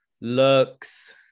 looks